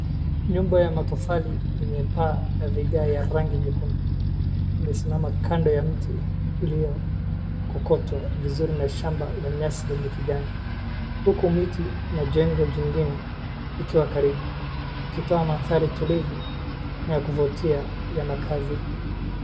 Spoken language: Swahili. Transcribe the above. Nyumba ya matofali yenye paa la vigaa ya rangi nyekunduimesimama kando ya mti iliyokokotwa vizuri na shamba la nyasi la kijani huku miti na jengo jingine likiwa karibu ikitoa mandhari tulivu ya kuvutia na makazi.